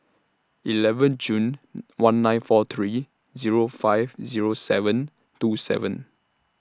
eleven June one nine four three Zero five Zero seven two seven